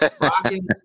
rocking